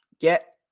get